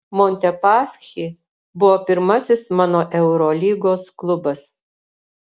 montepaschi buvo pirmasis mano eurolygos klubas